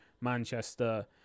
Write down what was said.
Manchester